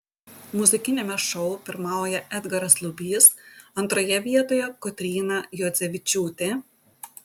muzikiniame šou pirmauja edgaras lubys antroje vietoje kotryna juodzevičiūtė